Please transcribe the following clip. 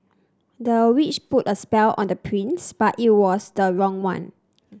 the witch put a spell on the prince but it was the wrong one